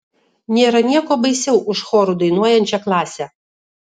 nėra nieko baisiau už choru dainuojančią klasę